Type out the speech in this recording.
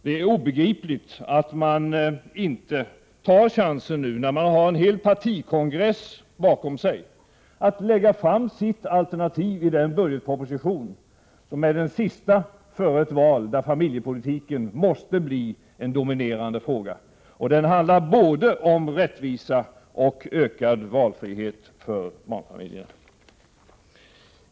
Det är obegripligt att socialdemokraterna inte nu tar chansen, när de har en hel partikongress bakom sig, att lägga fram sitt alternativ i den budgetproposition som är den sista före ett val, i vilket familjepolitiken måste bli en dominerande fråga. Den handlar både om rättvisa och om ökad valfrihet för barnfamiljerna.